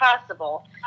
possible